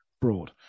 broad